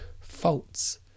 faults